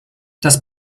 das